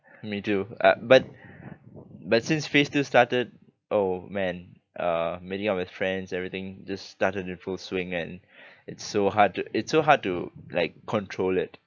me too uh but but since phase two started oh man uh meeting up with friends everything just started in full swing and it's so hard to it's so hard to like control it